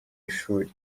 ishuri